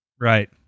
right